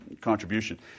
contribution